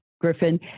Griffin